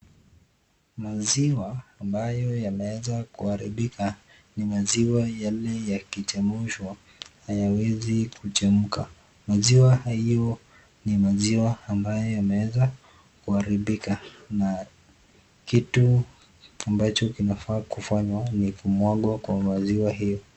Maziwa ambayo yameweza kuharibika ni maziwa yale yakichemshwa hayawezi kuchemka. Maziwa hiyo ni maziwa ambayo inaweza kuharibika na kitu ambacho kinafaa kufanywa ni kumwagwa kwa maziwa hiyo.